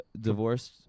divorced